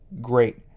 great